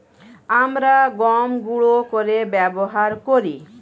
আমরা গম গুঁড়ো করে ব্যবহার করি